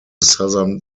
southern